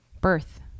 birth